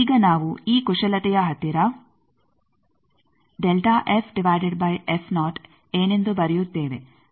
ಈಗ ನಾವು ಈ ಕುಶಲತೆಯ ಹತ್ತಿರ ಏನೆಂದು ಬರೆಯುತ್ತೇವೆ